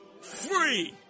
Free